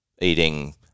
eating